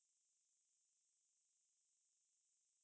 can try it for future lesson mm